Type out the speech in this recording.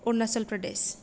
Arunachal Pradesh